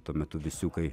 tuo metu visiukai